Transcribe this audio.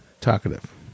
talkative